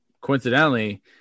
Coincidentally